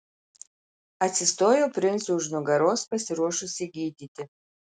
atsistojau princui už nugaros pasiruošusi gydyti